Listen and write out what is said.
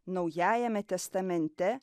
naujajame testamente